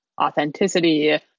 authenticity